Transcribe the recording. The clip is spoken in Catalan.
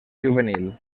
juvenil